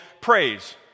praise